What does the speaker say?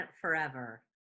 forever